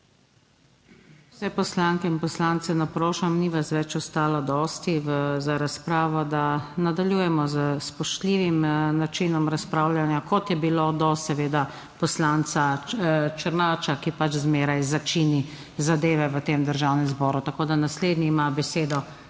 Vse poslanke in poslance naprošam, ni vas več ostalo dosti za razpravo, da nadaljujemo s spoštljivim načinom razpravljanja, kot je bilo do seveda poslanca Černača, ki pač zmeraj začini zadeve v tem Državnem zboru. Tako da naslednji ima besedo